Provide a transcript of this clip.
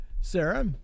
Sarah